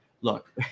Look